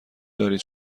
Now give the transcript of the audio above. دارید